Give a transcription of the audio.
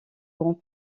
grand